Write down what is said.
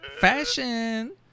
Fashion